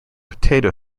potato